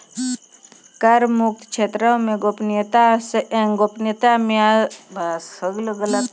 कर मुक्त क्षेत्रो मे गोपनीयता मे सभ से ऊंचो स्थानो पे अमेरिका आरु जर्मनी छै